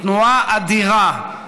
תנועה אדירה,